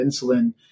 insulin